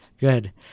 good